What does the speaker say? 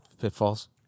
Pitfalls